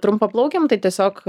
trumpaplaukėm tai tiesiog